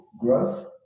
growth